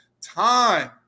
time